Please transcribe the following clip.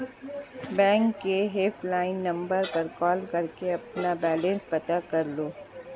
bank के helpline number पर call करके अपना बैलेंस पता कर लो